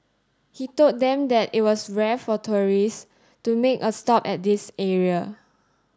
he told them that it was rare for tourists to make a stop at this area